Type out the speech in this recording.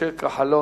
משה כחלון,